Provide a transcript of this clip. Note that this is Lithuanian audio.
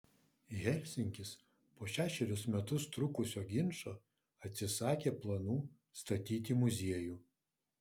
helsinkis po šešerius metus trukusio ginčo atsisakė planų statyti muziejų